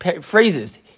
phrases